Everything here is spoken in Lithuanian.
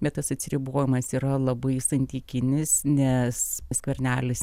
bet tas atsiribojimas yra labai santykinis nes skvernelis